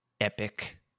epic